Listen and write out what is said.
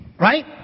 Right